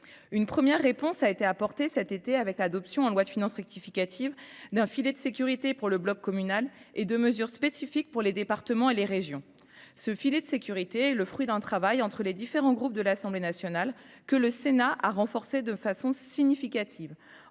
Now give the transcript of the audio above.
une première réponse a été apportée cet été avec l'adoption en loi de finances rectificative d'un filet de sécurité pour le bloc communal et de mesures spécifiques pour les départements et les régions, ce filet de sécurité, le fruit d'un travail entre les différents groupes de l'Assemblée nationale que le Sénat a renforcé de façon significative